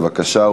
בבקשה,